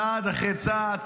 צעד אחר צעד,